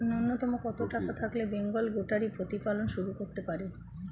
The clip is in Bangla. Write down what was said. নূন্যতম কত টাকা থাকলে বেঙ্গল গোটারি প্রতিপালন শুরু করতে পারি?